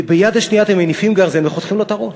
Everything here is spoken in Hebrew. וביד השנייה אתם מניפים גרזן וחותכים לו את הראש.